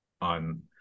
on